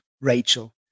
Rachel